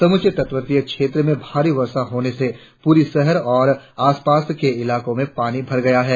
समूचे तटवर्ती क्षेत्र में भारी वर्षा होने से पुरी शहर और आसपास के इलाकों में पानी भर गया है